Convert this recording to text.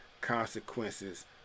consequences